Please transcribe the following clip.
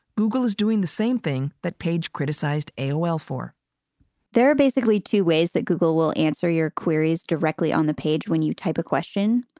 google is doing the same thing but page criticized aol for there are basically two ways that google will answer your queries directly on the page when you type a question.